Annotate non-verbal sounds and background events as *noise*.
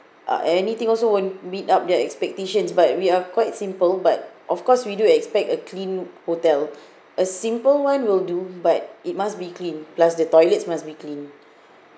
uh anything also won't meet up the expectations but we are quite simple but of course we do expect a clean hotel *breath* a simple one will do but it must be clean plus the toilets must be cleaned